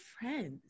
friends